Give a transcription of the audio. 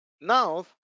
now